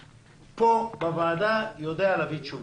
פה בוועדה אני יודע להביא תשובות.